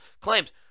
claims